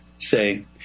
Say